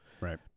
right